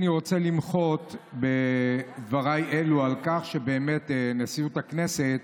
אני רוצה למחות בדבריי אלו על כך שבאמת נשיאות הכנסת